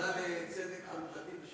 ועדה לצדק חלוקתי.